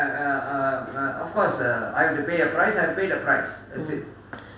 mm